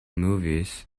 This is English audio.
movies